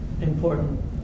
important